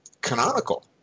Canonical